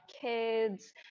kids